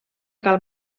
cal